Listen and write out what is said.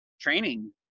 training